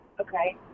Okay